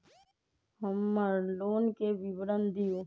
हमर लोन के विवरण दिउ